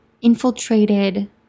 infiltrated